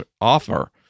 offer